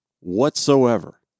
Whatsoever